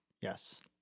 Yes